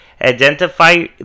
Identify